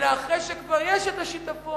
אלא אחרי שכבר יש שיטפון,